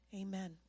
Amen